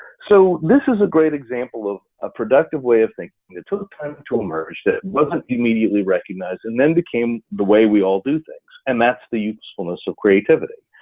so this is a great example of a productive way of thinking. it took time to emerge that wasn't immediately recognized and then became the way we all do things. and that's the usefulness of creativity.